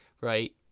right